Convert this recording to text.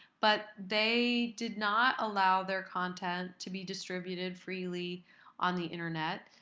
but they did not allow their content to be distributed freely on the internet.